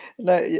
No